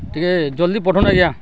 ଟିକେ ଜଲ୍ଦି ପଠନ୍ ଆଜ୍ଞା